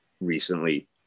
recently